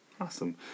Awesome